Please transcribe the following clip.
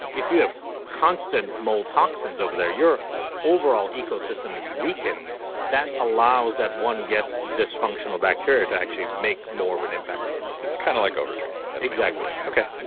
if you have constant mold toxins over there, your overall ecosystem is weakened that allows that one guest's dysfunctional bacteria to actually make more of an impact on you it's kind of like over-training. exactly okay.